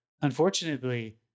unfortunately